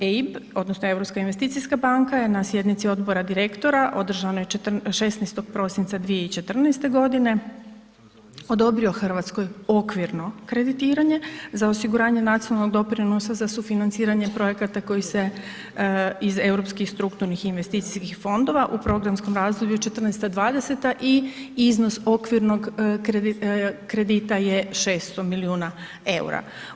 EIB odnosno Europska investicijska banka je na sjednici odbora direktora održanoj 14., 16. prosinca 2014. godine odobrio Hrvatskoj okvirno kreditiranje za osiguranje nacionalnog doprinosa za sufinanciranje projekata koji se iz Europskih strukturnih investicijskih fondova u programskom razdoblju '14.-'20. i iznos okvirnog kredita je 600 milijuna EUR-a.